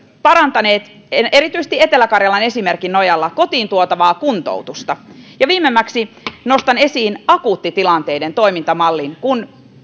parantaneet erityisesti etelä karjalan esimerkin nojalla kotiin tuotavaa kuntoutusta ja viimemmäksi nostan esiin akuuttitilanteiden toimintamallin kun